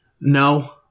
No